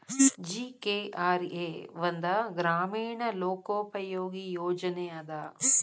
GKRA ಒಂದ ಗ್ರಾಮೇಣ ಲೋಕೋಪಯೋಗಿ ಯೋಜನೆ ಅದ